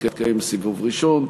יתקיים סיבוב ראשון,